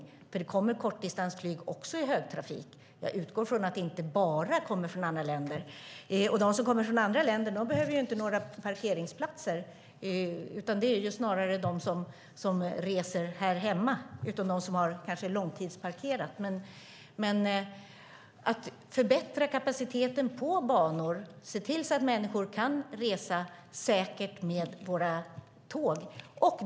Det kommer nämligen även kortdistansflyg i högtrafik. Jag utgår från att det inte kommer flyg bara från andra länder. De människor som kommer med flyg från andra länder behöver inte några parkeringsplatser. Det är snarare de som reser här hemma som behöver det, utom de som kanske har långtidsparkerat. Men det handlar om att förbättra kapaciteten på banor och se till att människor kan resa säkert med våra tåg.